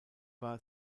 war